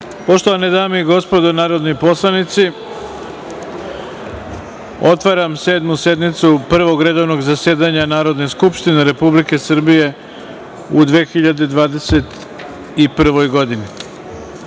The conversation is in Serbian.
Poštovane dame i gospodo narodni poslanici, otvaram Sedmu sednicu Prvog redovnog zasedanja Narodne skupštine Republike Srbije u 2021. godini. Na